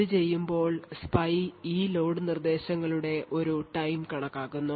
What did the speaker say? ഇത് ചെയ്യുമ്പോൾ സ്പൈ ഈ ലോഡ് നിർദ്ദേശങ്ങളുടെ ഒരു time കണക്കാക്കുന്നു